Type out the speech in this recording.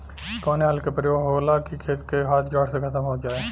कवने हल क प्रयोग हो कि खेत से घास जड़ से खतम हो जाए?